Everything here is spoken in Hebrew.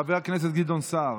חבר הכנסת גדעון סער.